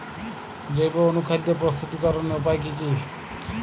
জৈব অনুখাদ্য প্রস্তুতিকরনের উপায় কী কী?